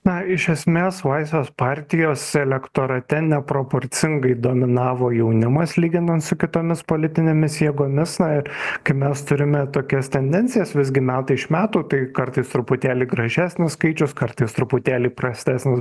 na iš esmės laisvės partijos elektorate neproporcingai dominavo jaunimas lyginant su kitomis politinėmis jėgomis ir kaip mes turime tokias tendencijas visgi metai iš metų tai kartais truputėlį gražesnis skaičius kartais truputėlį prastesnis